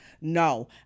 no